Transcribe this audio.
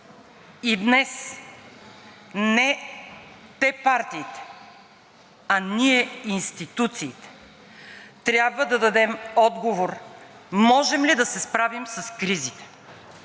И днес не те – партиите, а ние – институциите, трябва да дадем отговор можем ли да се справим с кризите,